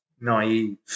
naive